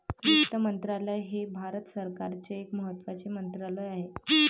वित्त मंत्रालय हे भारत सरकारचे एक महत्त्वाचे मंत्रालय आहे